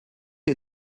est